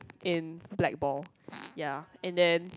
in blackball ya and then